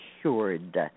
cured